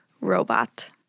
robot